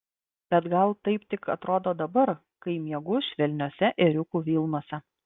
bet gal taip tik atrodo dabar kai miegu švelniose ėriukų vilnose